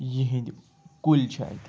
یِہِندۍ کُلۍ چھِ اتہِ